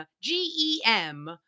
G-E-M